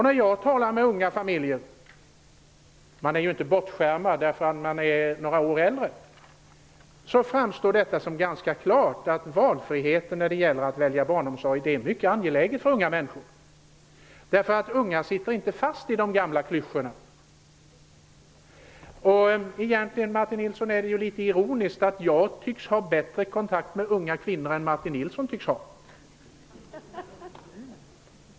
När jag talar med unga familjer -- man är ju inte avskärmad för att man är några år äldre -- framstår det klart att valfrihet, när det gäller att välja barnomsorg, är mycket angeläget för unga människor. Unga människor sitter inte fast i de gamla klyschorna. Egentligen är det litet ironiskt att jag i detta fall tycks ha bättre kontakt med unga kvinnor än vad Martin Nilsson tycks ha.